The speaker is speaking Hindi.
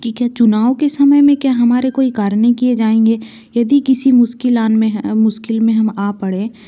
कि क्या चुनाव के समय में क्या हमारे कोई कार्य नहीं किए जाएंगे यदि किसी मुश्किलान में मुश्किल में है हम आ पड़े